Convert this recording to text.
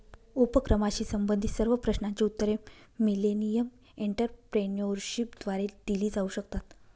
उपक्रमाशी संबंधित सर्व प्रश्नांची उत्तरे मिलेनियम एंटरप्रेन्योरशिपद्वारे दिली जाऊ शकतात